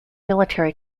military